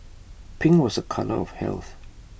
pink was A colour of health